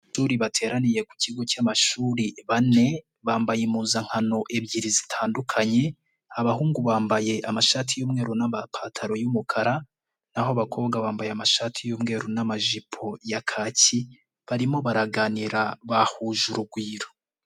Abanyeshuri bateraniye ku kigo cy'amashuri bane, bambaye impuzankano ebyiri zitandukanye, abahungu bambaye amashati y'umweru n'amapantaro y'umukara, naho abakobwa bambaye amashati y'umweru n'amajipo ya kaki barimo baraganira bahuje urugwiro.